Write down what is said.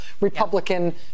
Republican